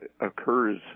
occurs